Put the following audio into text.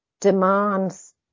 demands